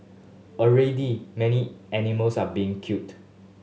already many animals are being culled